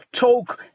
talk